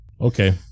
Okay